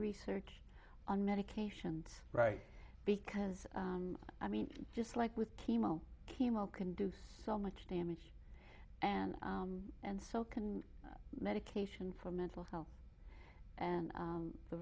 research on medication right because i mean just like with chemo chemo can do so much damage and and so can medication for mental health and